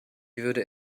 würde